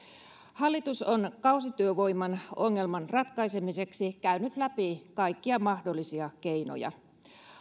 hallitus on kausityövoiman ongelman ratkaisemiseksi käynyt läpi kaikkia mahdollisia keinoja